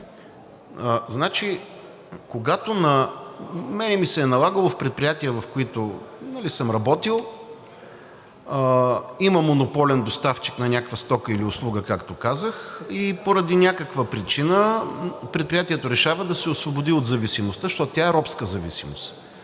На мен ми се е налагало в предприятия, в които съм работил, където има монополен доставчик на някаква стока или услуга, както казах, поради някаква причина предприятието решава да се освободи от зависимостта, защото тя е робска зависимост.